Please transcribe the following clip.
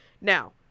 now